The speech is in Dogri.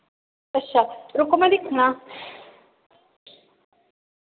अच्छा रुको मैं दिक्खना